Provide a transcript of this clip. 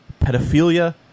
Pedophilia